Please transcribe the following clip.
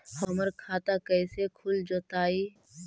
हमर खाता कैसे खुल जोताई?